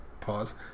pause